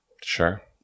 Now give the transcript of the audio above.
Sure